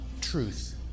truth